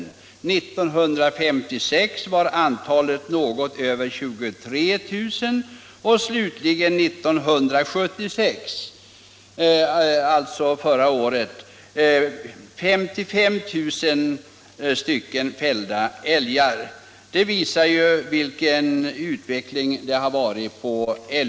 För 1956 var antalet fällda älgar något över 23 000 och slutligen 1976, alltså förra året, var antalet 55 000. Dessa siffror visar vilken utveckling älgstammen undergått.